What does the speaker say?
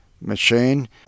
machine